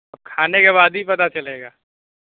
کھانے کے بعد ہی پتہ چلے گا